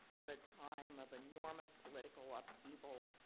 at a time of enormous political upheaval,